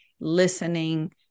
listening